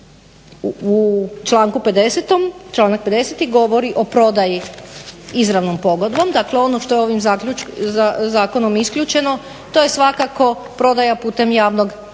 u članku 50 govori o prodaji izravnom pogodbom, dakle ono što je ovim zakonom isključeno to je svakako prodaja putem javnog natječaja